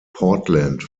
portland